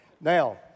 Now